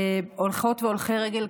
הולכות והולכי רגל,